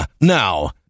Now